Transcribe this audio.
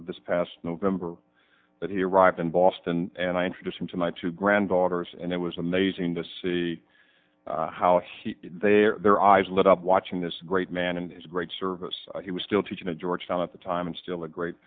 this past november that he arrived in boston and i introduced him to my two granddaughters and it was amazing to see how he their eyes lit up watching this great man and his great service he was still teaching at georgetown at the time and still a great